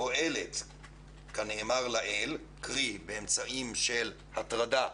פועלת כנאמר לעיל קרי באמצעים של הטרדה,